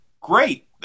great